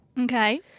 Okay